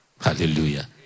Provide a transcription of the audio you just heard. hallelujah